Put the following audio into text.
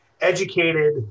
educated